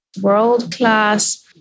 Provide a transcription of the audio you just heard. world-class